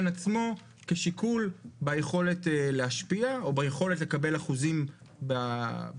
עצמו כשיקול ביכולת להשפיע או ביכולת לקבל אחוזים בהצבעה.